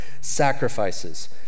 sacrifices